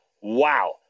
wow